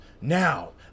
Now